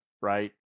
Right